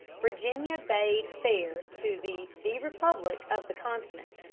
virginia bade fair to be the republic of the continent.